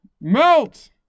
Melt